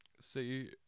see